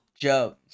jones